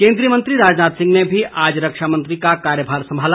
केन्द्रीय मंत्री राजनाथ सिंह ने भी आज रक्षामंत्री का कार्यभार संभाला